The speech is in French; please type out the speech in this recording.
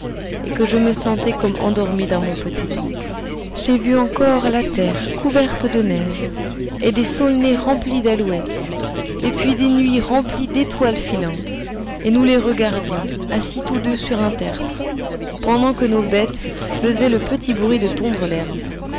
et que je me sentais comme endormie dans mon petit lit j'ai vu encore la terre couverte de neige et des saulnées remplies d'alouettes et puis des nuits remplies d'étoiles filantes et nous les regardions assis tous deux sur un tertre pendant que nos bêtes faisaient le petit bruit de tondre l'herbe